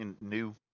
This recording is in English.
new